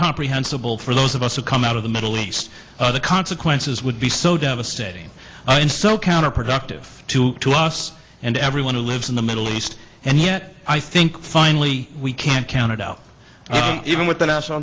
comprehensible for those of us to come out of the middle east the consequences would be so devastating and so counterproductive to us and everyone who lives in the middle east and yet i think finally we can't count it out even with the national